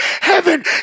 heaven